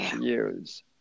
years